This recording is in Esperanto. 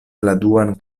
duan